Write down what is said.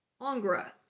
Angra